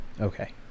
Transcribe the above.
okay